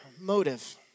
motive